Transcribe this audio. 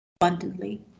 abundantly